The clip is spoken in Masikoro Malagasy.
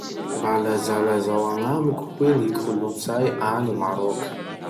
Mba lazalazao agnamiko hoe ny kolotsay agny Maroc?